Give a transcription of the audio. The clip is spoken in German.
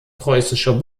preußischer